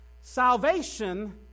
Salvation